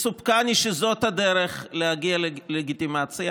מסופקני שזאת הדרך להגיע ללגיטימציה,